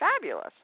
fabulous